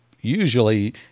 usually